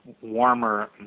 warmer